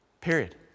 Period